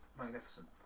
magnificent